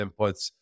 inputs